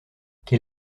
quel